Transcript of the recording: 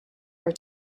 are